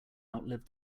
outlive